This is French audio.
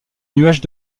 nuages